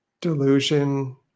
delusion